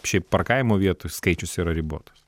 šiaip parkavimo vietų skaičius yra ribotas